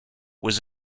was